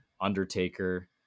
Undertaker